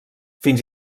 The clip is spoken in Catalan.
fins